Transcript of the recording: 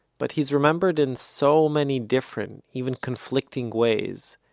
but he's remembered in so many different, even conflicting ways,